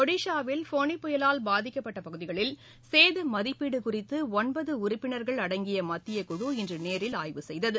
ஒடிஸாவில் ஃபோனி புயலால் பாதிக்கப்பட்ட பகுதிகளில் சேத மதிப்பீடு குறித்து ஒன்பது உறுப்பினர்கள் அடங்கிய மத்தியக் குழு இன்று நேரில் ஆய்வு செய்தது